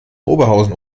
oberhausen